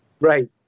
Right